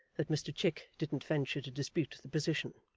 that mr chick didn't venture to dispute the position.